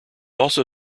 also